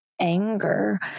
anger